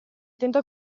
attento